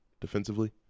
defensively